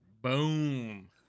Boom